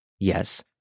Yes